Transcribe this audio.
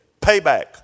payback